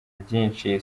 ryinshi